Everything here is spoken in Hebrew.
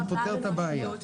זה פותר את הבעיה.